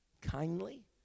kindly